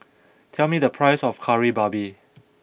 tell me the price of Kari Babi